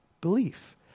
belief